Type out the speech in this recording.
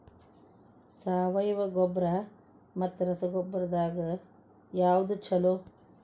ಸಾವಯವ ಗೊಬ್ಬರ ಮತ್ತ ರಸಗೊಬ್ಬರದಾಗ ಯಾವದು ಛಲೋ?